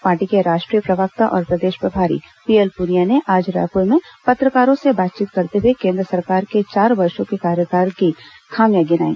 party के राष्ट्रीय प्रवक्ता और प्रदेश प्रभारी पीएल पुनिया ने आज रायपुर में पत्रकारों से बातचीत करते हुए केंद्र सरकार के चार वर्षो के कार्यकाल की खामियां गिनाई